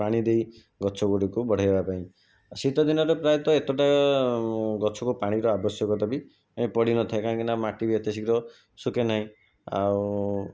ପାଣି ଦେଇ ଗଛ ଗୁଡ଼ିକୁ ବଢ଼ାଇବା ପାଇଁ ଶୀତଦିନରେ ପ୍ରାୟତଃ ଏତେଟା ଗଛକୁ ପାଣିର ଆବଶ୍ୟକତା ବି ଏ ପଡ଼ିନଥାଏ କାହିଁକିନା ମାଟିବି ଏତେ ଶୀଘ୍ର ଶୁଖେନାହିଁ ଆଉ